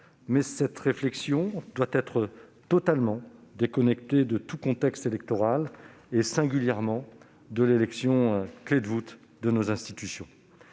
la réflexion doit être totalement déconnectée de tout contexte électoral, en particulier de l'élection clé de voûte de nos institutions.